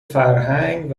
فرهنگ